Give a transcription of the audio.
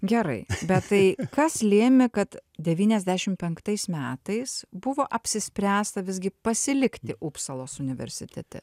gerai bet tai kas lėmė kad devyniasdešim penktais metais buvo apsispręsta visgi pasilikti upsalos universitete